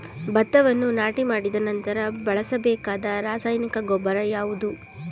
ಭತ್ತವನ್ನು ನಾಟಿ ಮಾಡಿದ ನಂತರ ಬಳಸಬೇಕಾದ ರಾಸಾಯನಿಕ ಗೊಬ್ಬರ ಯಾವುದು?